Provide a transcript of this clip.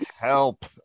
help